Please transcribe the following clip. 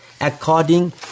according